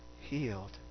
healed